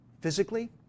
physically